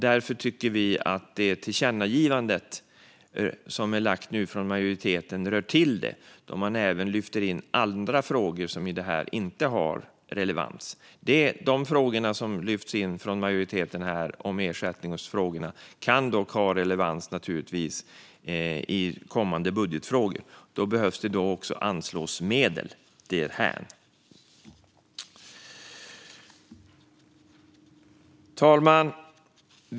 Därför tycker vi att det tillkännagivande som majoriteten nu föreslår rör till det då man även lyfter in andra frågor som inte har relevans här. De ersättningsfrågor som majoriteten lyfter in kan dock ha relevans i kommande budgetfrågor. Då behöver det också anslås medel till det här. Fru talman!